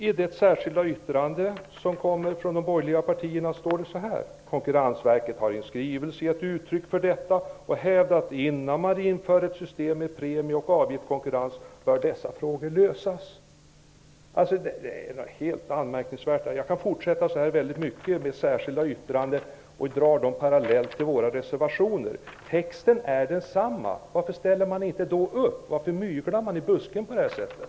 I det särskilda yttrandet som kommer från de borgerliga partierna står det: ''Konkurrensverket har i en skrivelse gett uttryck för detta och hävdar att innan man inför ett system med premie och avgiftskonkurrens bör dessa frågor lösas.'' Detta är anmärkningsvärt. Jag kan fortsätta länge att dra paralleller mellan särskilda yttranden och våra reservationer. Texten är densamma! Varför ställer man då inte upp? Varför myglar man i busken på det här sättet?